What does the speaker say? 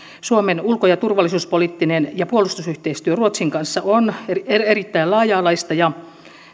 suomen ulko ja turvallisuuspoliittinen ja puolustusyhteistyö ruotsin kanssa on erittäin laaja alaista ja